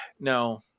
no